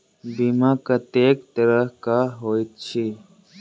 बीमा कत्तेक तरह कऽ होइत छी?